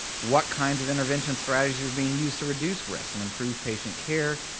what kinds of intervention strategies are being used to reduce risks and improve patient care?